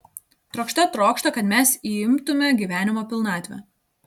trokšte trokšta kad mes įimtume gyvenimo pilnatvę